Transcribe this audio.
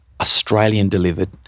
Australian-delivered